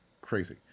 crazy